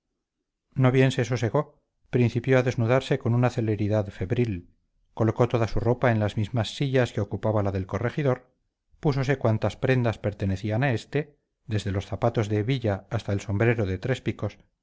no bien se sosegó principió a desnudarse con una celeridad febril colocó toda su ropa en las mismas sillas que ocupaba la del corregidor púsose cuantas prendas pertenecían a éste desde los zapatos de hebilla hasta el sombrero de tres picos